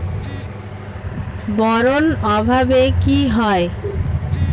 Boron অভাবে কি হয়?